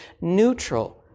neutral